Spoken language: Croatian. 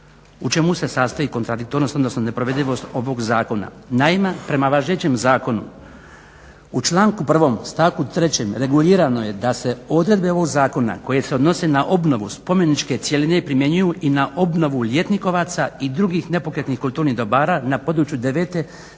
U čemu se sastoji kontradiktornost odnosno neprovedivost ovog zakona? Naime, prema važećem zakonu u članku 1 stavku 3.lregulirano je da se odredbe ovog zakona koji se odnosi na obnovu spomeničke cjeline primjenjuju i na obnovu ljetnikovaca i drugih nepokretnih kulturnih dobara na području devete